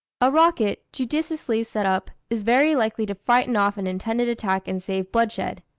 a rocket, judiciously sent up, is very likely to frighten off an intended attack and save bloodshed.